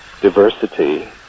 Diversity